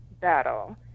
battle